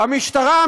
המשטרה,